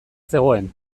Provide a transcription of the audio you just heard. zegoen